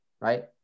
right